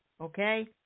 Okay